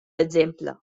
exemple